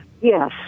Yes